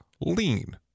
lean